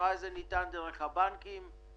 תודה רבה אדוני.